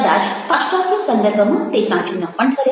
કદાચ પાશ્ચાત્ય સંદર્ભમાં તે સાચું ન પણ ઠરે